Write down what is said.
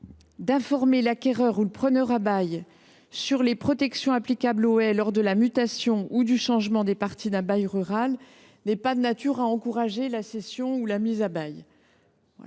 d’informer l’acquéreur ou le preneur à bail de la présence de protections applicables aux haies lors de la mutation ou du changement des parties d’un bail rural n’est pas de nature à encourager la cession ou la mise à bail.